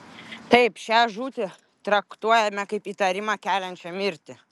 taip šią žūtį traktuojame kaip įtarimą keliančią mirtį